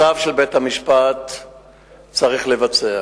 צו של בית-המשפט צריך לבצע.